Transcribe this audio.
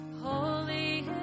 Holy